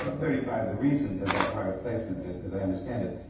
ah thirty five, the reason that's private placement, as as i understand it,